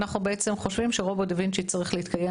אנחנו חושבים שרובוט דה וינצ'י צריך להתקיים